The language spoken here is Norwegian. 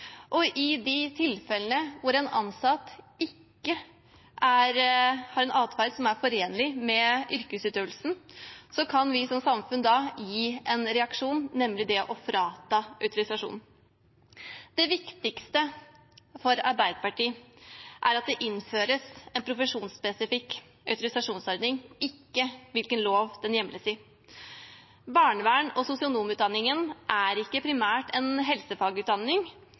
og i de tilfellene hvor en ansatt ikke har en atferd som er forenlig med yrkesutøvelsen, kan vi som samfunn gi en reaksjon, nemlig å frata en autorisasjon. Det viktigste for Arbeiderpartiet er at det innføres en profesjonsspesifikk autorisasjonsordning, ikke hvilken lov den hjemles i. Barneverns- og sosionomutdanningen er ikke primært en helsefagutdanning,